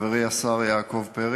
חברי השר יעקב פרי